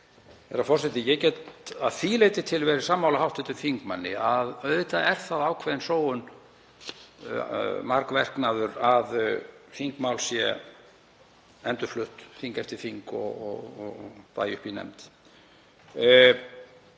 Herra forseti. Ég get að því leyti til verið sammála hv. þingmanni að auðvitað er það ákveðin sóun, margverknaður, að þingmál sé endurflutt þing eftir þing og dagi uppi í nefnd.